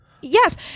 yes